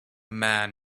man